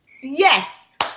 Yes